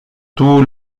tout